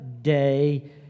Day